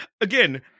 Again